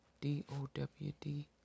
D-O-W-D